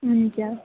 हुन्छ